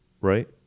right